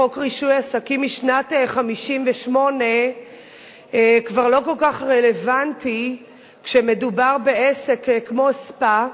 חוק רישוי עסקים משנת 1958 כבר לא כל כך רלוונטי כשמדובר בעסק כמו ספא,